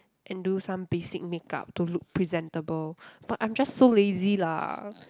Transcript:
and do some basic make-up to look presentable but I'm just so lazy lah